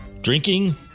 drinking